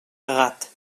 gat